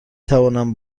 توانم